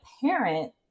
parent